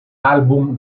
album